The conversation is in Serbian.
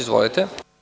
Izvolite.